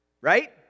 right